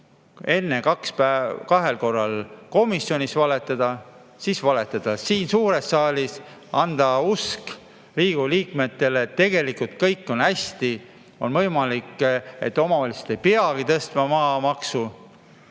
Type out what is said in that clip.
enne kahel korral komisjonis valetada, siis valetada siin suures saalis, anda usk Riigikogu liikmetele, et tegelikult kõik on hästi, on võimalik, et omavalitsused ei peagi tõstma maamaksu!